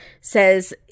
says